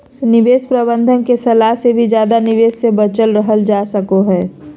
निवेश प्रबंधक के सलाह से भी ज्यादा निवेश से बचल रहल जा सको हय